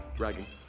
dragging